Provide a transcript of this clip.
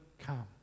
come